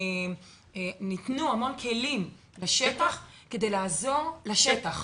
ניתנו המון כלים בשטח כדי לעזור לשטח.